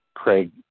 Craig